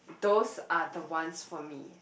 those are the ones for me